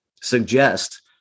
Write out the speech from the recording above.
suggest